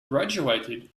graduated